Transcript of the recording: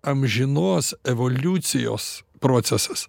amžinos evoliucijos procesas